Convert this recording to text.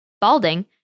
Balding